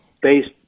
based